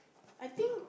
I think